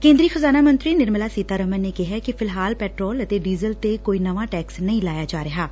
ਕੇਦਰੀ ਖਜਾਨਾ ਮੰਤਰੀ ਨਿਰਮਲਾ ਸੀਤਾਰਮਨ ਨੇ ਕਿਹੈ ਕਿ ਫਿਲਹਾਲ ਪੈਟਰੋਲ ਅਤੇ ਡੀਜ਼ਲ ਤੇ ਕੋਈ ਨਵਾਂ ਟੈਕਸ ਨਹੀ ਲਾਇਆ ਜਾ ਰਿਹੈ